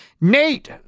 Nate